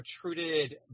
protruded